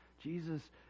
Jesus